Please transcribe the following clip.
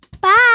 Bye